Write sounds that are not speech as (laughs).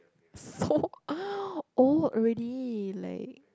so (laughs) old already like